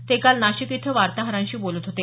ते काल नाशिक इथं वार्ताहरांशी बोलत होते